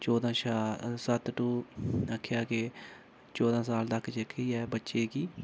चौदां शा सत्त टू आखेआ कि चौदां साल तक जेह्की ऐ बच्चे गी